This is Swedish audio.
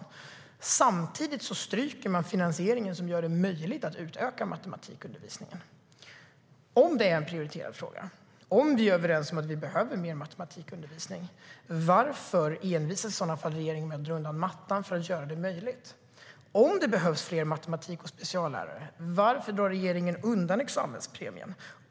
Men samtidigt stryker man den finansiering som gör det möjligt att utöka matematikundervisningen. Om det är en prioriterad fråga, om vi är överens om att vi behöver mer matematikundervisning, varför envisas i så fall regeringen med att dra undan mattan för att göra det möjligt? Om det behövs fler matematik och speciallärare, varför drar regeringen undan examenspremien?